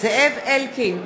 זאב אלקין,